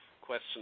question